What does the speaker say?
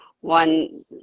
one